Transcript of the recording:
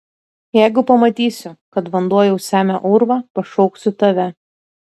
jeigu pamatysiu kad vanduo jau semia urvą pašauksiu tave